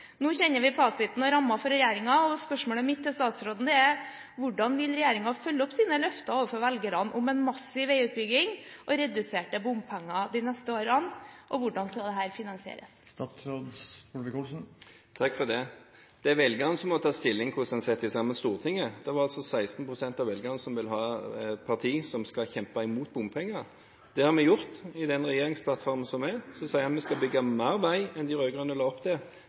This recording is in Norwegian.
Nå kjenner vi fasiten og rammene for regjeringen, og spørsmålet mitt til statsråden er: Hvordan vil regjeringen følge opp sine løfter overfor velgerne om en massiv veiutbygging og reduserte bompenger de neste årene? Hvordan skal dette finansieres? Takk for det. Det er velgerne som tar stilling til hvordan man setter sammen Stortinget. Det var altså 16 pst. av velgerne som ville ha et parti som skal kjempe imot bompenger. Det har vi gjort. I denne regjeringsplattformen sier vi at vi skal bygge mer vei enn det de rød-grønne la opp til,